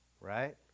Right